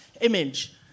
image